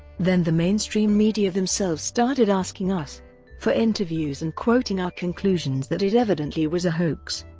then the mainstream media themselves started asking us for interviews and quoting our conclusions that it evidently was a hoax.